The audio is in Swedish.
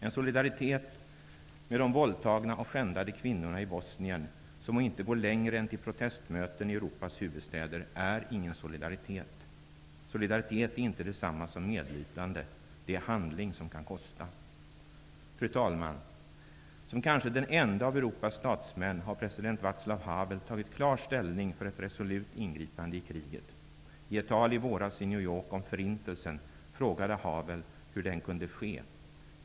En solidaritet med de våldtagna och skändade kvinnorna i Bosnien som inte går längre än till protestmöten i Europas huvudstäder är ingen solidaritet. Solidaritet är inte detsamma som medlidande. Solidaritet är handling som kan kosta något. Fru talman! Som kanske den ende av Europas statsmän har president Vaclav Havel tagit klar ställning för ett resolut ingripande i kriget. I ett tal i våras i New York om förintelsen frågade Havel hur den kunde ske.